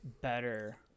better